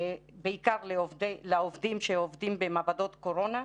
בעיקר לעובדים שעובדים במעבדות קורונה.